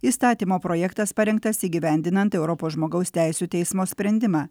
įstatymo projektas parengtas įgyvendinant europos žmogaus teisių teismo sprendimą